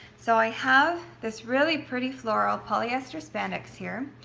so i have this really pretty floral polyester spandex here.